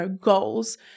goals